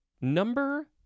number